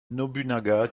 nobunaga